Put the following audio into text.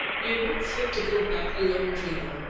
you're not fit to go about alone, really.